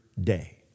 day